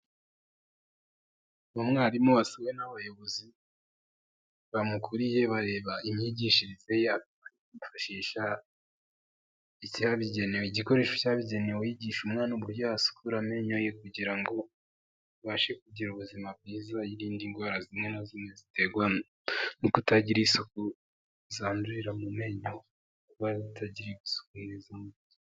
Umwarimu wasuwe n'abayobozi bamukuriye bareba imyigishirize ye, akaba ari kwifashisha igikoresho cyabugenewe yigisha umwana, uburyo asukura amenyo ye kugira ngo abashe kugira ubuzima bwiza, yirinde indwara zimwe na zimwe ziterwa no kutagira isuku, zandurira mu menyo aba atagiriwe isuku neza.